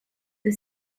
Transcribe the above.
the